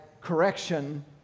correction